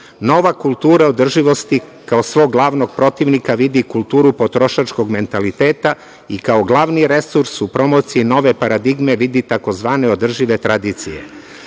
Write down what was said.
Nova kultura održivosti kao svog glavnog protivnika vidi kulturu potrošačkog mentaliteta i kao glavni resurs u promociji nove paradigme vidi tzv. Održive tradicije. Posebna